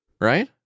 Right